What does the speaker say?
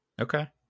Okay